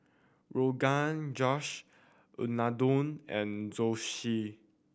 Rogan Josh Unadon and Zosui